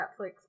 Netflix